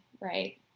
right